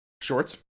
Shorts